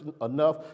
enough